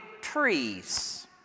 trees